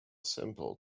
simple